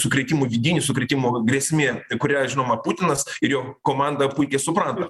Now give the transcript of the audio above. sukrėtimų vidinių sukrėtimų grėsmė kurią žinoma putinas ir jo komanda puikiai supranta